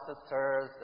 sisters